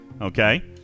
Okay